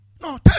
No